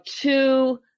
two